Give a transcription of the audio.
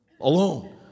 Alone